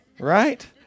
Right